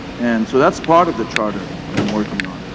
and so, that's part of the charter that i'm working on.